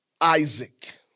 Isaac